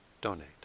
donate